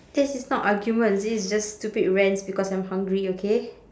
this is not argument this is just stupid rants because I'm hungry okay